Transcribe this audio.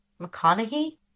mcconaughey